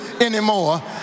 anymore